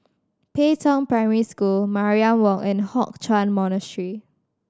Pei Tong Primary School Mariam Walk and Hock Chuan Monastery